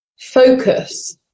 focus